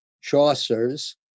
Chaucer's